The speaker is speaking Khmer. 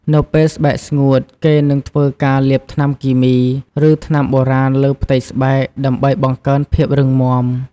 នៅពេលស្បែកស្ងួត គេនឹងធ្វើការលាបថ្នាំគីមី ឬថ្នាំបុរាណលើផ្ទៃស្បែក ដើម្បីបង្កើនភាពរឹងមាំ។